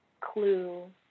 clue